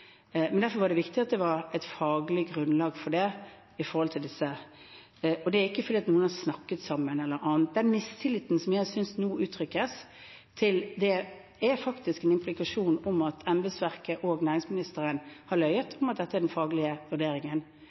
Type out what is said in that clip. Derfor var det viktig at det var et faglig grunnlag for dette. Det er ikke fordi noen har snakket sammen eller noe annet. Den mistilliten til det som jeg synes uttrykkes nå, er faktisk en implikasjon om at embetsverket